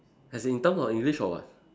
as in in term of English or what